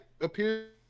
appears